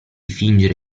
fingere